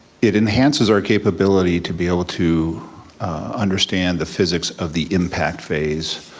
it enhances our capability to be able to understand the physics of the impact phase.